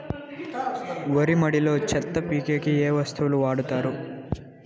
వరి మడిలో చెత్త పీకేకి ఏ వస్తువులు వాడుతారు?